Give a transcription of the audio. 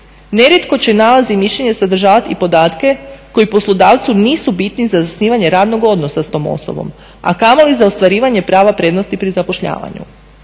Nerijetko će nalaz i mišljenje sadržavati i podatke koji poslodavcu nisu bitni za zasnivanje radnog odnosa s tom osobom, a kamoli za ostvarivanje prava prednosti pri zapošljavanju.